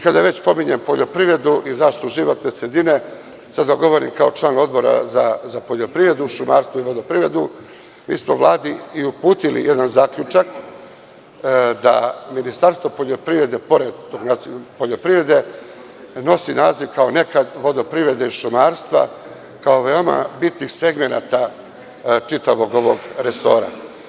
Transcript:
Kada već pominjem poljoprivredu i zaštitu životne sredine, sada govorim kao član Odbora za poljoprivredu, šumarstva i vodoprivredu, mi smo Vladi uputili jedan zaključak da Ministarstvo poljoprivrede pored poljoprivrede nosi naziv kao i nekad – vodoprivrede i šumarstva, kao veoma bitni segmenti čitavog ovog resora.